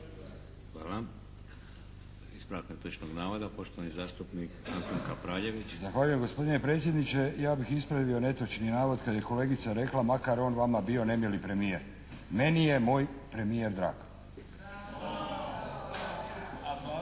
Hvala. Ispravak netočnog navoda, poštovani zastupnik Antun Kapraljević. **Kapraljević, Antun (HNS)** Zahvaljujem gospodine predsjedniče. Ja bih ispravio netočni navod kad je kolegica rekla: «Makar on vama bio nemili premijer». Meni je moj premijer drag.